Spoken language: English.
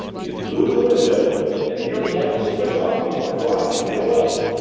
it flew in the window and nearly had the switch off me before i could get away!